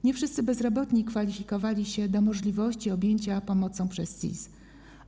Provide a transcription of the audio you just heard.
Nie wszyscy bezrobotni kwalifikowali się do możliwości objęciach ich pomocą przez CIS-y.